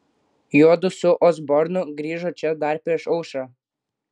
juodu su osbornu grįžo čia dar prieš aušrą